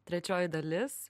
trečioji dalis